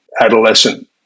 adolescent